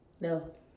No